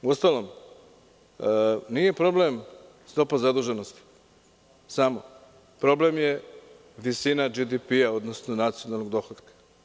Uostalom, nije problem stopa zaduženosti samo, problem je visina GPD-a, odnosno nacionalnog dohotka.